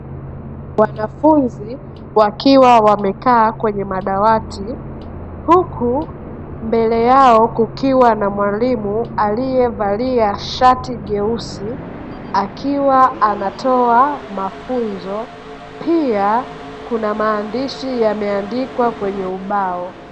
Wanafunzi wakiwa wamekaa kwenye madawati, huku mbele yao kukiwa na mwalimu aliyevalia shati jeusi, akiwa anatoa mafunzo. Piaa kuna maandishi kwenye ubao.